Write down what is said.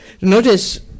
Notice